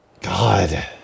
God